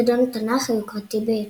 חידון התנ"ך היוקרתי ביותר.